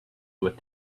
what